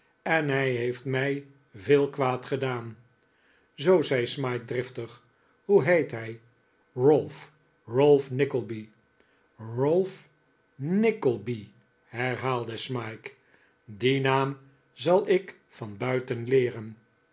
en hij heeft mij veel kwaad gedaan zoo zei smike driftig hoe heet hij ralph ralph nickleby ralph nickleby herhaalde smike dien naam zal ik van buiten leeren